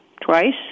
twice